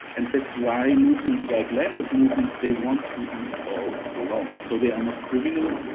and that's why movements like landless movements, they want to install the law. so they are not criminal.